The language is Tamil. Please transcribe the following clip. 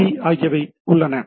பி ஆகியவை உள்ளன